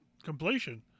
completion